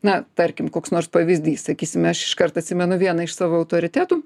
na tarkim koks nors pavyzdys sakysime aš iškart atsimenu vieną iš savo autoritetų